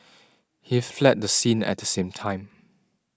he fled the scene at the same time